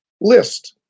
list